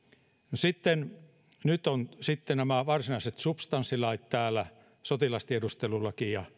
nyt ovat sitten nämä varsinaiset substanssilait täällä sotilastiedustelulaki ja